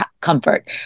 comfort